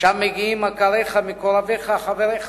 לשם מגיעים מכריך, מקורביך, חבריך,